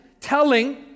telling